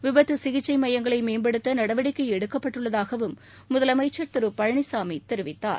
விபத்து சிகிச்சை மையங்களை மேம்படுத்த நடவடிக்கை எடுக்கப்பட்டுள்ளதாகவும் முதலமைச்சர் திரு பழனிச்சாமி தெரிவித்தார்